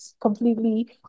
completely